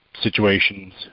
situations